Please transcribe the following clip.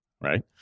right